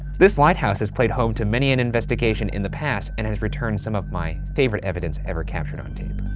this lighthouse has played home to many an investigation in the past, and it has returned some of my favorite evidence ever captured on tape.